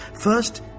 first